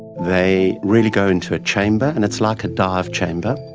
they really go into a chamber, and it's like a dive chamber,